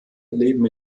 leben